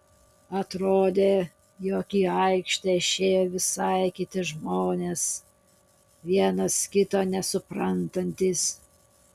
atrodė jog į aikštę išėjo visai kiti žmonės vienas kito nesuprantantys